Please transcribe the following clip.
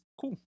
Cool